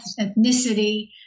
ethnicity